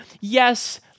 yes